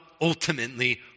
ultimately